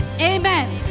Amen